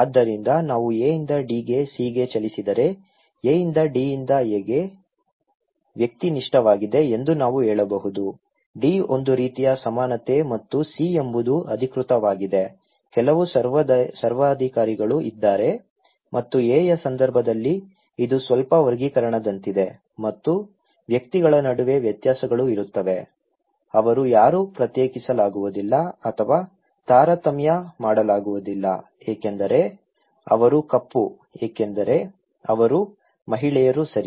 ಆದ್ದರಿಂದ ನಾವು A ಯಿಂದ D ಗೆ C ಗೆ ಚಲಿಸಿದರೆ A ಯಿಂದ D ಯಿಂದ A ಗೆ ವ್ಯಕ್ತಿನಿಷ್ಠವಾಗಿದೆ ಎಂದು ನಾವು ಹೇಳಬಹುದು D ಒಂದು ರೀತಿಯ ಸಮಾನತೆ ಮತ್ತು C ಎಂಬುದು ಅಧಿಕೃತವಾಗಿದೆ ಕೆಲವು ಸರ್ವಾಧಿಕಾರಿಗಳು ಇದ್ದಾರೆ ಮತ್ತು A ಯ ಸಂದರ್ಭದಲ್ಲಿ ಇದು ಸ್ವಲ್ಪ ವರ್ಗೀಕರಣದಂತಿದೆ ಮತ್ತು ವ್ಯಕ್ತಿಗಳ ನಡುವೆ ವ್ಯತ್ಯಾಸಗಳು ಇರುತ್ತವೆ ಅವರು ಯಾರೂ ಪ್ರತ್ಯೇಕಿಸಲಾಗುವುದಿಲ್ಲ ಅಥವಾ ತಾರತಮ್ಯ ಮಾಡಲಾಗುವುದಿಲ್ಲ ಏಕೆಂದರೆ ಅವರು ಕಪ್ಪು ಏಕೆಂದರೆ ಅವರು ಮಹಿಳೆಯರು ಸರಿ